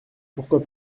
pourquoi